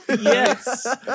yes